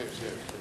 זאת